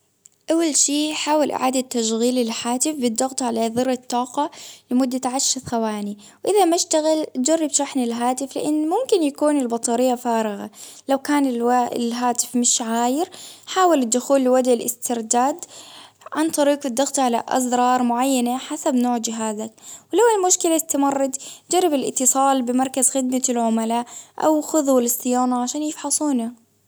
أول شي حاول إعادة تشغيل الهاتف بالضغط على زر الطاقة لمدة عشر ثواني، وإذا ما إشتغل جرب شحن الهاتف لأن ممكن يكون البطارية فارغة، لو كان ال-الهاتف مش عاير، حاول الدخول لوضع الإسترداد، عن طريق الضغط على أزرار معينة حسب نوع جهازك ،لو المشكلة إستمرت قرب الإتصال بمركز خدمة العملاء، أو خذه صيانة عشان يفحصونه.